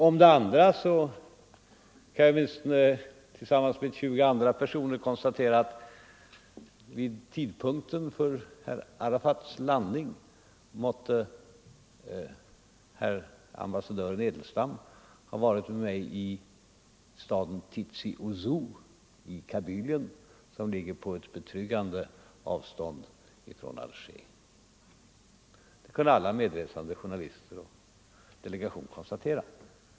Om det andra kan jag, tillsammans med åtminstone 20 andra personer, konstatera att vid tidpunkten för herr Arafats landning torde herr ambassadören Edelstam ha varit med mig i staden Tizi-Ouzo i Kabylien, som ligger på ett betryggande avstånd från Alger. Detta kunde alla medresande journalister och delegater konstatera.